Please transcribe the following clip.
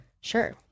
sure